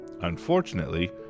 unfortunately